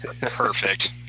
Perfect